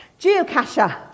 geocacher